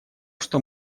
что